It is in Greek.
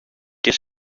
και